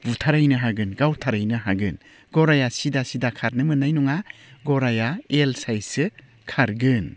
बुथारहैनो हागोन गावथारहैनो हागोन गराइया सिदा सिदा खारनो मोननाय नङा गराइया एल साइससो खारगोन